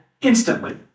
instantly